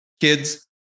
kids